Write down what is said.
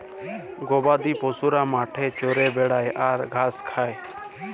গবাদি পশুরা মাঠে চরে বেড়ায় আর ঘাঁস খায়